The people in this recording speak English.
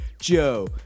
Joe